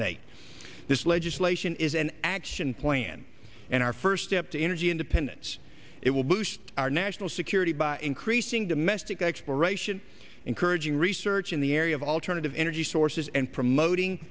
and eight this legislation is an action plan and our first step to energy independence it will boost our national security by increasing domestic exploration encouraging research in the area of alternative energy sources and promoting